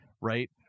right